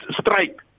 strike